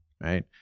right